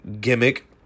gimmick